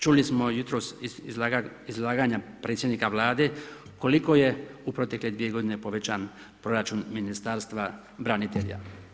Čuli smo jutros izlaganja predsjednika Vlade, koliko je u protekle 2 g. povećan proračun Ministarstva branitelja.